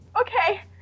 Okay